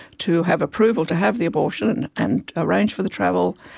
to have approval to have the abortion and arrange for the travel,